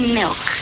milk